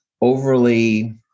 overly